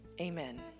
Amen